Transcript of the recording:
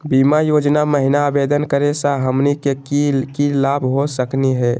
बीमा योजना महिना आवेदन करै स हमनी के की की लाभ हो सकनी हे?